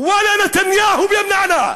לא ימנעו מאתנו)